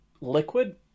liquid